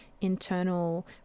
internal